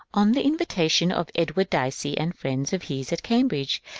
on the invitation of edward dicey and friends of his at cambridge,